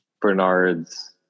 Bernard's